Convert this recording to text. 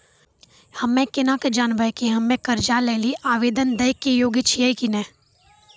हम्मे केना के जानबै कि हम्मे कर्जा लै लेली आवेदन दै के योग्य छियै कि नै?